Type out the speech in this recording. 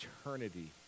eternity